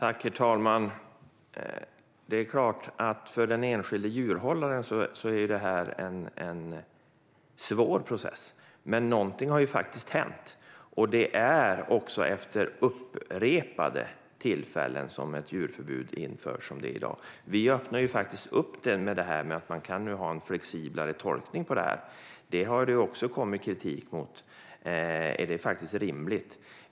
Herr talman! Det är klart att för den enskilde djurhållaren är det här en svår process. Men någonting har faktiskt hänt, och det djurförbud som införs i dag gäller efter upprepade tillfällen av misskötsel. Vi öppnar för en flexiblare tolkning av detta. Det har ifrågasatts om det faktiskt är rimligt.